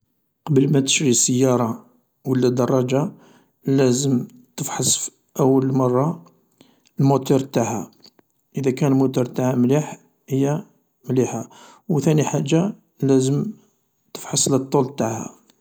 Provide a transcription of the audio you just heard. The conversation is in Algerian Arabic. قبل ما تشري سيارة ولا دراجة لازم تفحص أول مرة الموتور تاعها، إذا كان الموتور تاعها مليح هي مليحة ، و ثاني حاجة لازم تفحص لا طول تاعها.